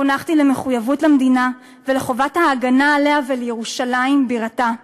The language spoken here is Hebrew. חונכתי למחויבות למדינה ולחובת ההגנה עליה ועל ירושלים בירתה.